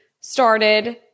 started